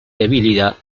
debilidad